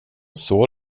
såg